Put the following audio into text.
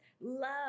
love